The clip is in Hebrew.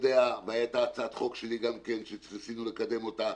והייתה הצעת חוק שלי גם כן שניסינו לקדם אותה,